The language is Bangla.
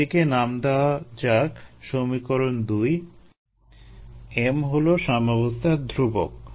এটিকে নাম দেওয়া যাক সমীকরণ দুই m হলো সাম্যাবস্থার ধ্রুবক